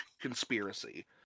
conspiracy